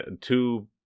two